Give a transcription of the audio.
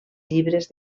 llibres